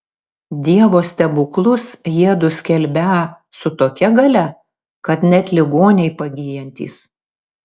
dievo stebuklus jiedu skelbią su tokia galia kad net ligoniai pagyjantys